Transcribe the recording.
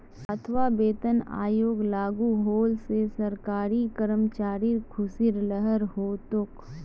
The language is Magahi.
सातवां वेतन आयोग लागू होल से सरकारी कर्मचारिर ख़ुशीर लहर हो तोक